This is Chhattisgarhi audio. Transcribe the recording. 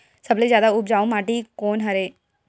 सबले जादा उपजाऊ माटी कोन हरे?